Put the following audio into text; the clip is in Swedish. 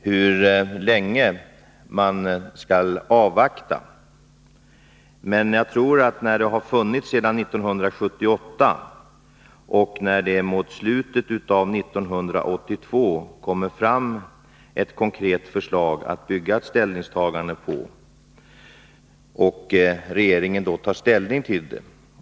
hur länge man skall avvakta, men anslaget har ändå funnits sedan 1978, och när det mot slutet av 1982 presenteras ett konkret förslag som man kan bygga ett ställningstagande på är det naturligt att regeringen tar ställning till detta.